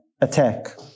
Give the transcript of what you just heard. attack